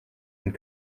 and